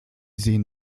sehen